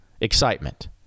excitement